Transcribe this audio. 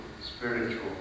spiritual